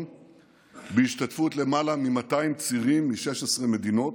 בהשתתפות למעלה מ-200 צירים מ-16 מדינות,